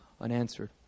Unanswered